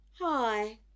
Hi